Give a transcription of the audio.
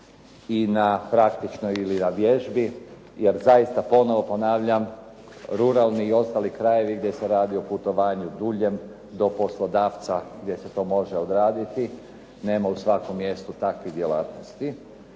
i na praktičnoj vježbi, jer zaista ponovo ponavljam ruralni i ostali krajevi gdje se radi o putovanju duljem do poslodavca gdje se to može odraditi nema u svakom mjestu takvih djelatnosti,